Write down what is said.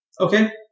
Okay